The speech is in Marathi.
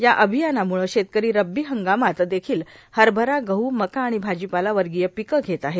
या र्आभयानामुळे शेतकरो रब्बी हंगामात देखील हरबरा गहू मका र्आण भाजीपाला वर्गाय र्पपकं घेत आहे